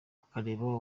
ukareba